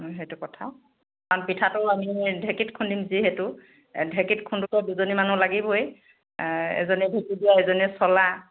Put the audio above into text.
সেইটো কথা কাৰণ পিঠাটো আমি ঢেঁকীত খুন্দিম যিহেতু ঢেঁকীত খুন্দোতেও দুজনী মানুহ লাগিবই এজনী ঢেঁকী দিয়া এজনীয়ে চলা